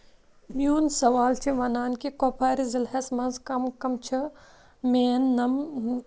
میون سوال چھِ وَنان کہِ کۄپوارِ ضِلعس مَنٛز کَم کَم چھِ مین یِم